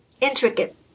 intricate